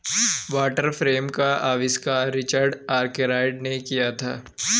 water frame का आविष्कार Richard Arkwright ने किया था